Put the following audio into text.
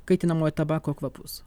kaitinamojo tabako kvapus